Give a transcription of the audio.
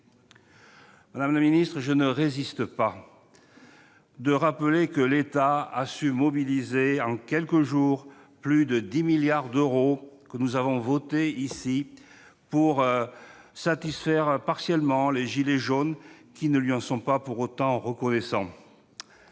participer ? Je ne résiste pas à l'envie de rappeler que l'État a su mobiliser en quelques jours plus de 10 milliards d'euros, que nous avons votés ici, pour satisfaire partiellement les « gilets jaunes », qui ne lui en sont pas pour autant reconnaissants.